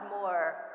more